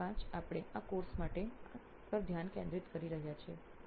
5 આપણે આ કોર્સ માટે આ પર ધ્યાન કેન્દ્રિત કરી રહ્યા છીએ